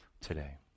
today